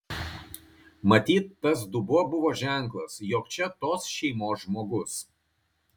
matyt tas dubuo buvo ženklas jog čia tos šeimos žmogus